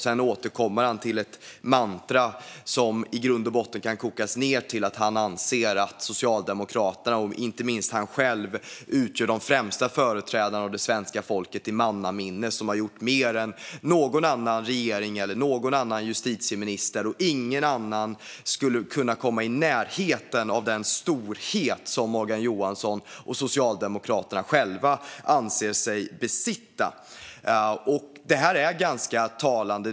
Han återkommer till ett mantra som i grund och botten kan kokas ned till att han anser att Socialdemokraterna och inte minst han själv utgör de främsta företrädarna för det svenska folket i mannaminne och att de har gjort mer än någon annan regering eller någon annan justitieminister. Ingen annan skulle kunna komma i närheten av den storhet som Morgan Johansson och Socialdemokraterna själva anser sig besitta. Det här är ganska talande.